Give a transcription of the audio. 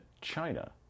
China